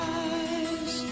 eyes